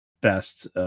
best